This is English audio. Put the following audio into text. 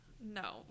No